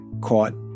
caught